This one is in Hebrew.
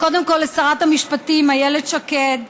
קודם כול לשרת המשפטים איילת שקד,